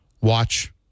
watch